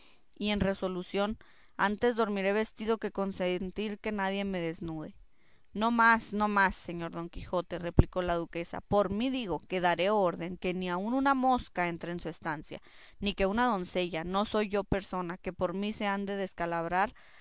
y en resolución antes dormiré vestido que consentir que nadie me desnude no más no más señor don quijote replicó la duquesa por mí digo que daré orden que ni aun una mosca entre en su estancia no que una doncella no soy yo persona que por mí se ha